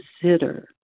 consider